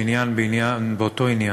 מעניין לעניין באותו עניין,